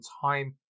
time